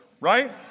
right